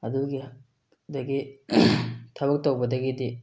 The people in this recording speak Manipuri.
ꯑꯗꯨꯒꯤ ꯗꯒꯤ ꯊꯕꯛ ꯇꯧꯕꯗꯒꯤꯗꯤ